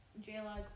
J-Log